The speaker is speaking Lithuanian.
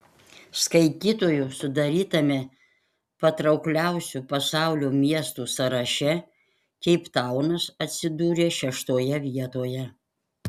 skaitytojų sudarytame patraukliausių pasaulio miestų sąraše keiptaunas atsidūrė šeštoje vietoje